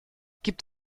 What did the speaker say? gibt